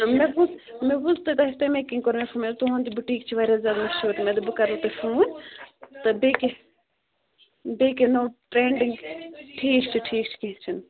مےٚ بوٗز مےٚ بوٗز تۄہہِ تَوَے کِنۍ کوٚر مےٚ فون تُہُنٛد بُٹیٖک چھُ واریاہ زیادٕ مشہوٗر مےٚ دوٚپ بہٕ کَرو تۄہہِ فون تہٕ بیٚیہِ کیٛاہ بیٚیہِ کیٛاہ نوٚو ٹرینٛڈِنٛگ ٹھیٖک چھُ ٹھیٖک چھُ کیٚنٛہہ چھُنہٕ